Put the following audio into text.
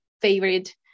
favorite